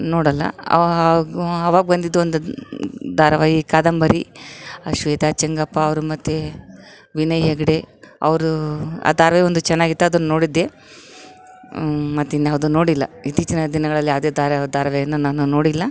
ನೋಡೋಲ್ಲ ಅವಾಗ ಆವಾಗ ಬಂದಿದೊಂದು ಧಾರಾವಾಹಿ ಕಾದಂಬರಿ ಆ ಶ್ವೇತಾ ಚಂಗಪ್ಪ ಅವರು ಮತ್ತು ವಿನಯ್ ಹೆಗ್ಡೆ ಅವರು ಆ ಧಾರವಾಹಿ ಒಂದು ಚೆನ್ನಾಗಿತ್ತು ಅದನ್ನು ನೋಡಿದ್ದೆ ಮತ್ತು ಇನ್ಯಾವುದು ನೋಡಿಲ್ಲ ಇತ್ತೀಚಿನ ದಿನಗಳಲ್ಲಿ ಯಾವುದೇ ಧಾರಾವಾಹಿ ಧಾರಾವಾಹಿಯನ್ನ ನಾನು ನೋಡಿಲ್ಲ